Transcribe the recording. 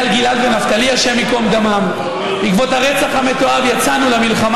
רגע אחד להשיב לדבריו של חבר הכנסת עיסאווי